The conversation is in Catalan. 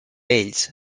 ells